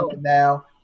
now